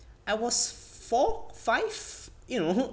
I was four five you know